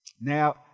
Now